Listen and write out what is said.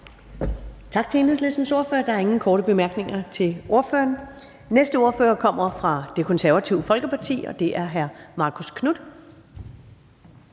Tak til Enhedslistens ordfører. Der er ingen korte bemærkninger. Den næste ordfører kommer fra Det Konservative Folkeparti, og det er hr. Niels